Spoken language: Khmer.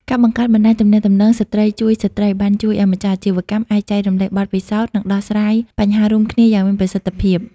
ការបង្កើតបណ្តាញទំនាក់ទំនង "ស្ត្រីជួយស្ត្រី" បានជួយឱ្យម្ចាស់អាជីវកម្មអាចចែករំលែកបទពិសោធន៍ និងដោះស្រាយបញ្ហារួមគ្នាយ៉ាងមានប្រសិទ្ធភាព។